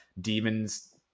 demons